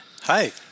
Hi